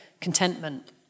contentment